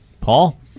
paul